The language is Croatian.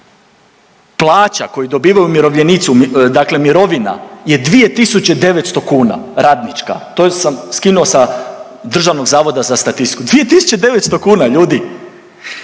plaća koju dobivaju umirovljenici, dakle mirovina je 2.900 kuna, radnička, to sam skinuo sa Državnog zavoda za statistiku. 2.900 kuna ljudi.